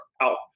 out